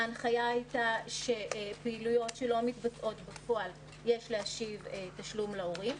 ההנחיה הייתה שעבור פעילויות שלא מתבצעות בפועל יש להשיב תשלום להורים.